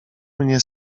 mnie